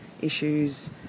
issues